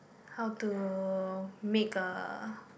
how to make a